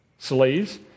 Slaves